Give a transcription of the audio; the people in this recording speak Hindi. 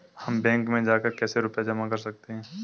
हम बैंक में जाकर कैसे रुपया जमा कर सकते हैं?